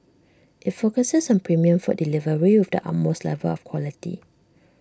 IT focuses on premium food delivery with the utmost level of quality